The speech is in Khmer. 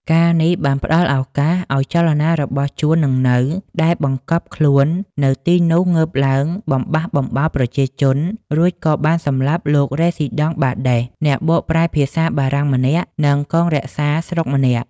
ការណ៍នេះបានផ្ដល់ឱកាសឱ្យចលនារបស់ជួន និងនៅដែលបង្កប់ខ្លួននៅទីនោះងើបឡើងបំបះបំបោរប្រជាជន រួចក៏បានសម្លាប់លោករេស៊ីដង់បាដេស អ្នកបកប្រែភាសាបារាំងម្នាក់ និងកងរក្សាស្រុកម្នាក់។